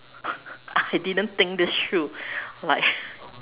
I didn't think this through like